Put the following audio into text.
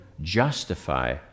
justify